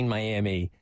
Miami